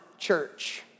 Church